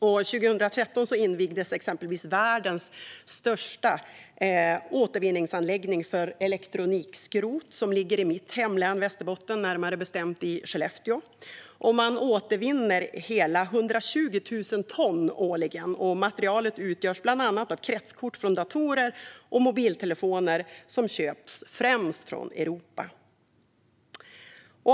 År 2013 invigdes exempelvis världens största återvinningsanläggning för elektronikskrot i mitt hemlän Västerbotten, närmare bestämt i Skellefteå. Man återvinner hela 120 000 ton årligen, och materialet utgörs bland annat av kretskort från datorer och mobiltelefoner som köps främst från Europa.